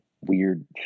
weird